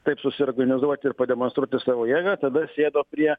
taip susiorganizuoti ir pademonstruoti savo jėgą tada sėdo prie